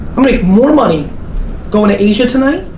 i'll make more money going to asia tonight,